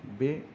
बे